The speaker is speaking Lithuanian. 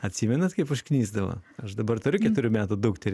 atsimenat kaip užknisdavo aš dabar turiu keturių metų dukterį